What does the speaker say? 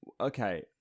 Okay